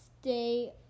Stay